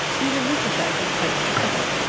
even this effect is quite specific.